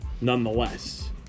Nonetheless